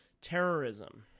terrorism